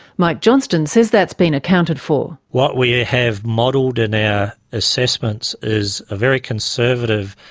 mike johnston says that's been accounted for. what we have modelled and and assessments is a very conservative,